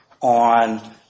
on